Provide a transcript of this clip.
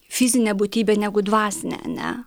fizinę būtybę negu dvasinę ane